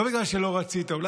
לא בגלל שלא רצית,